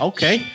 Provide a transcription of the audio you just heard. Okay